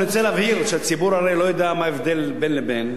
אני רוצה להבהיר שהציבור הרי לא יודע מה ההבדל בין לבין.